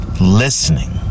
Listening